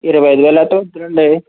ఇరవై అయిదు వేలు అయితే వద్దులెండీ